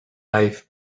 life